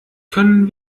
können